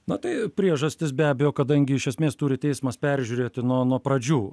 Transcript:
na tai priežastis be abejo kadangi iš esmės turi teismas peržiūrėti nuo nuo pradžių